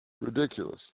Ridiculous